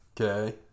Okay